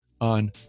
on